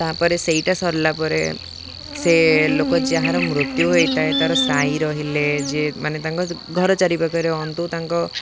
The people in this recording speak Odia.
ତା'ପରେ ସେଇଟା ସରିଲା ପରେ ସେ ଲୋକ ଯାହାର ମୃତ୍ୟୁ ହୋଇଥାଏ ତା'ର ସାହିର ରହିଲେ ଯିଏ ମାନେ ତାଙ୍କ ଘର ଚାରିପାଖରେ ରହନ୍ତୁ ତାଙ୍କ